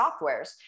softwares